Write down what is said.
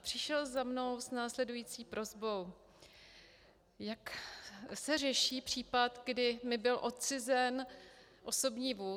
Přišel za mnou s následující prosbou: Jak se řeší případ, kdy mi byl odcizen osobní vůz.